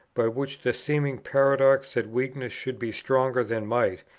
by which the seeming paradox that weakness should be stronger than might,